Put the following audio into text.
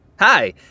hi